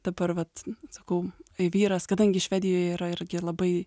dabar vat sakau vyras kadangi švedijoje yra ir labai